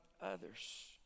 others